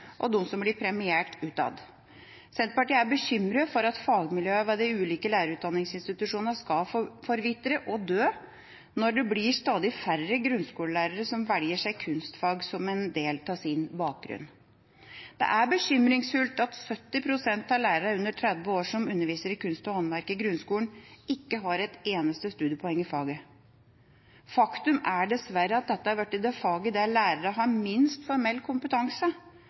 og som blir premiert utad. Senterpartiet er bekymret for at fagmiljøene ved de ulike lærerutdanningsinstitusjonene skal forvitre og dø når det blir stadig færre grunnskolelærere som velger seg kunstfag som en del av sin bakgrunn. Det er bekymringsfullt at 70 pst. av lærerne under 30 år som underviser i kunst og håndverk i grunnskolen, ikke har et eneste studiepoeng i faget. Faktum er dessverre at dette er blitt det faget der lærerne har minst formell kompetanse,